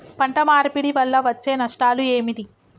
పంట మార్పిడి వల్ల వచ్చే నష్టాలు ఏమిటి?